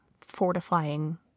fortifying